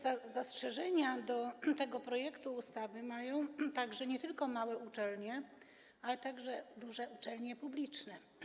Zastrzeżenia do tego projektu ustawy mają nie tylko małe uczelnie, ale także duże uczelnie publiczne.